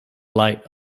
light